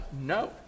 No